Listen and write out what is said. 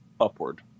upward